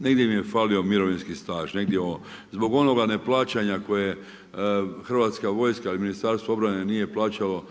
negdje im je falio mirovinski staž, negdje …/Govornik se ne razumije./…. Zbog onoga neplaćanje koje HV ili Ministarstvo obrane nije plaćalo